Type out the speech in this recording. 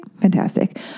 Fantastic